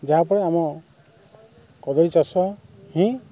ଯାହାଫଳରେ ଆମ କଦଳୀ ଚାଷ ହିଁ